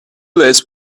list